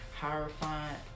horrifying